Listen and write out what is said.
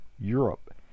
Europe